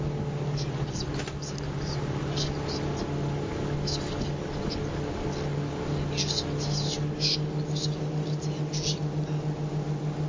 je n'y vis aucune conséquence j'y consentis mais ce fut alors que je vous rencontrai je sentis sur-le-champ que vous seriez portée à me juger coupable